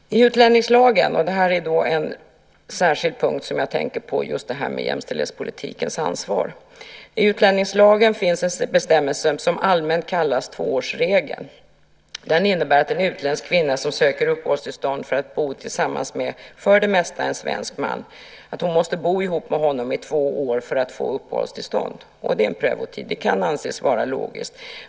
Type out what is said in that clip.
Jag går nu över till en särskild punkt, och jag tänker då på jämställdhetspolitikens ansvar. I utlänningslagen finns en bestämmelse som allmänt kallas tvåårsregeln. Den innebär att en utländsk kvinna som söker uppehållstillstånd för att bo tillsammans med en för det mesta svensk man måste bo ihop med honom i två år för att få uppehållstillstånd. Det är en prövotid - det kan anses vara logiskt.